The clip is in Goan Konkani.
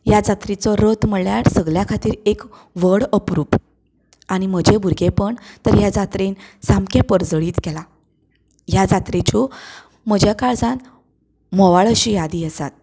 ह्या जात्रेचो रथ म्हणल्यार सगल्यां खातीर एक व्हड अप्रुप आनी म्हजें भुरगेंपण तर ह्या जात्रेन सामकें परजळीत केलां ह्या जात्रेच्यो म्हज्या काळजांत म्होवाळ अशो यादी आसात